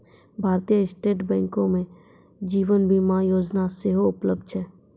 भारतीय स्टेट बैंको मे जीवन बीमा योजना सेहो उपलब्ध छै